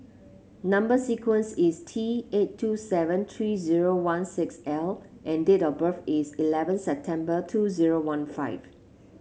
number sequence is T eight two seven three zero one six L and date of birth is eleven September two zero one five